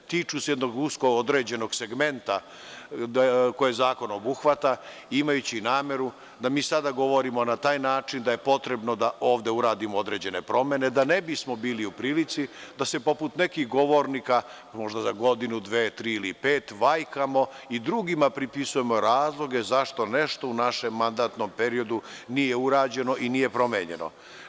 Tiču se jednog usko određenog segmenta koji zakon obuhvata, imajući nameru da mi sada govorimo na taj način da je potrebno da ovde uradimo određene promene, da ne bismo bili u prilici da se poput nekih govornika možda za godinu, dve, tri ili pet vajkamo i drugima pripisujemo razloge zašto nešto u našem mandatnom periodu nije urađeno i nije promenjeno.